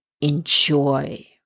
enjoy